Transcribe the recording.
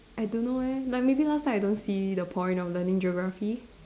I don't know leh like maybe last time I don't see the point of learning geography